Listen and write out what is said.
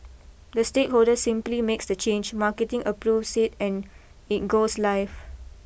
the stakeholder simply makes the change marketing approves it and it goes live